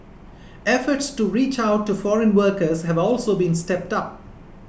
efforts to reach out to foreign workers have also been stepped up